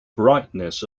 brightness